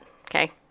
okay